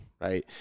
right